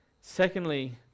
Secondly